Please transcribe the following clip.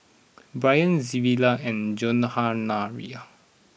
Bryan Williard and Johanna rea